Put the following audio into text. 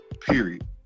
Period